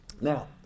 Now